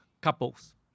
couples